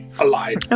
alive